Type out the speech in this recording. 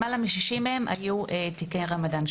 למעלה מ-60 מהם היו תיקי רמדאן.